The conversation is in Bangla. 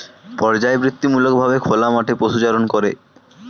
পর্যাবৃত্তিমূলক ভাবে খোলা মাঠে পশুচারণ করে